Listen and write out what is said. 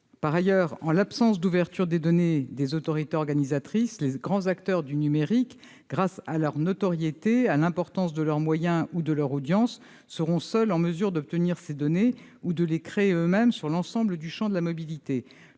Par ailleurs, en l'absence d'ouverture des données des autorités organisatrices, les grands acteurs du numérique, grâce à leur notoriété, à l'importance de leurs moyens ou de leur audience, seront seuls en mesure d'obtenir ces données ou de les créer eux-mêmes sur l'ensemble du champ de la mobilité.